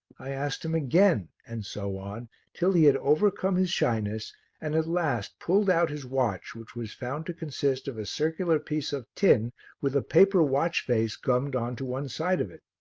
i asked him again and so on till he had overcome his shyness and at last pulled out his watch which was found to consist of a circular piece of tin with a paper watch-face gummed on to one side of it.